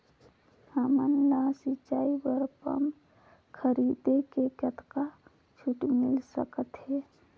हमन ला सिंचाई बर पंप खरीदे से कतका छूट मिल सकत हे?